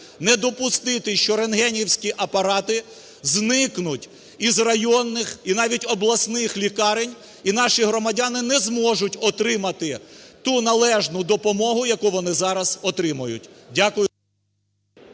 не допустити, що рентгенівські апарати зникнуть із районних, і навіть обласних, лікарень і наші громадяни не зможуть отримати ту належну допомогу, яку вони зараз отримують. Дякую.